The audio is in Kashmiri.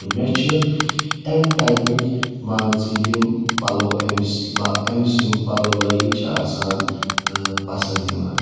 تہٕ مےٚ چھِ اَمہِ ٹایپٕکۍ مان ژٕ یِم پَلَو أمِس لا أمِس یِم پَلو لٲگِتھ چھِ آسان تہٕ پَسنٛد یِوان